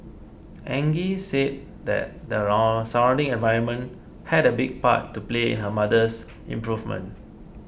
Angie said that there are surrounding environment had a big part to play in her mother's improvement